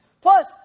Plus